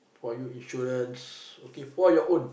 for you insurance okay for your own